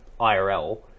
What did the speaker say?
IRL